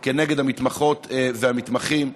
כנגד המתמחות והמתמחים.